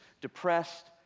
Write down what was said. depressed